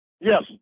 Yes